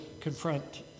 confront